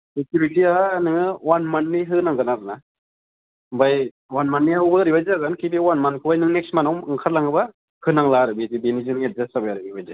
सिकिउरिटिआ नोङो अवान मान्थनि होनांगोन आरोना ओमफ्राय अवान मान्थनिआव ओरैबायदि जागोन खि बे अवान मान्थखौहाय नोङो नेक्स्ट मान्थाव ओंखारलाङोब्ला होनांला आरो बेनिजों एडजास्ट जाबाय आरो बेबायदि